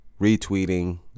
retweeting